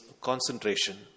concentration